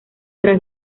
tras